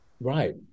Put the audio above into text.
Right